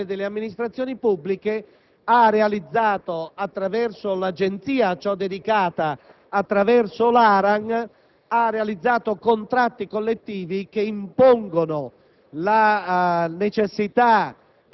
autofunzionamento delle amministrazioni pubbliche, per non dire della pessima distribuzione geografica del loro personale. Ma qui la norma deve essere letta